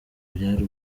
byari